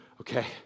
okay